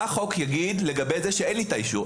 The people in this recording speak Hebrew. מה החוק יגיד לגבי זה שאין לי את האישור,